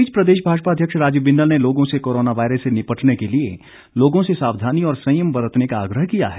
इस बीच प्रदेश भाजपा अध्यक्ष राजीव बिंदल ने लोगों से कोरोना वायरस से निपटने के लिए लोगों से सावधानी और सयंम बरतने का आग्रह किया है